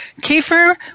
Kiefer